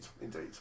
indeed